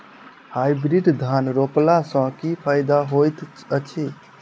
Hybrid धान रोपला सँ की फायदा होइत अछि?